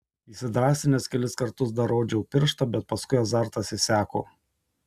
įsidrąsinęs kelis kartus dar rodžiau pirštą bet paskui azartas išseko